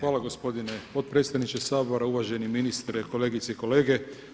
Hvala gospodine potpredsjedniče Sabra, uvaženi ministre, kolegice i kolege.